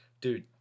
Dude